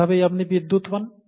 এভাবেই আপনি বিদ্যুৎ পান